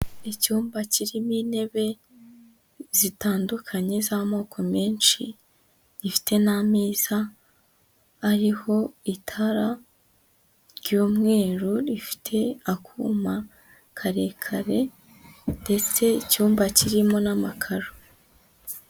Icyumba kirimo intebe zitandukanye z'amoko menshi, ifite n'ameza, ariho itara ry'umweru rifite akuma karekare ndetse icyumba kirimo n'amakaro.